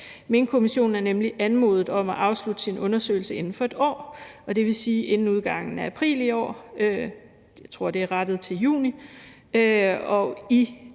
Minkkommissionen er nemlig blevet anmodet om at afslutte sin undersøgelse inden for et år, og dvs. inden udgangen af april i år – jeg tror, det er rettet til juni. Og i